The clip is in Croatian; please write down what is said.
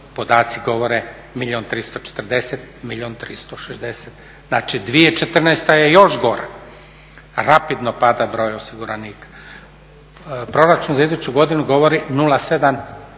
podaci govore milijun 340, milijun 360, znači 2014. je još gora. Rapidno pada broj osiguranika. Proračun za iduću godinu govori 0,7%